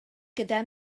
gyda